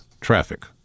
traffic